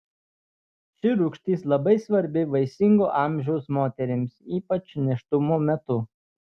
ši rūgštis labai svarbi vaisingo amžiaus moterims ypač nėštumo metu